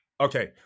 Okay